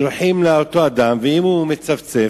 שולחים לאותו אדם, ואם הוא מצפצף,